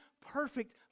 perfect